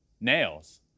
nails